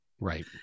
Right